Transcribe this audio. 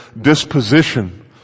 disposition